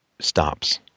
stops